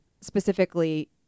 specifically